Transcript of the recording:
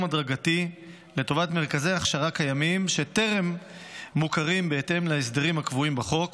הדרגתי לטובת מרכזי הכשרה קיימים שטרם מוכרים בהתאם להסדרים הקבועים בחוק,